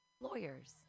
lawyers